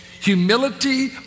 Humility